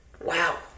Wow